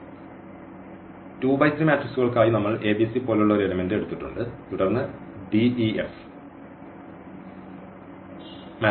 അതിനാൽ 2 ബൈ 3 മെട്രിക്സുകൾക്കായി നമ്മൾ a b c പോലുള്ള ഒരു എലിമെൻറ് എടുത്തിട്ടുണ്ട് തുടർന്ന് d e f